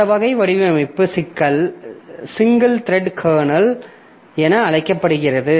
அந்த வகை வடிவமைப்பு சிங்கிள் த்ரெட்டட் கர்னல் என அழைக்கப்படுகிறது